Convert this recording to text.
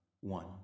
One